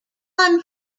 one